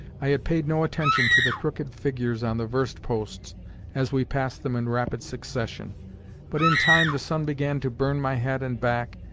i had paid no attention to the crooked figures on the verst posts as we passed them in rapid succession but in time the sun began to burn my head and back,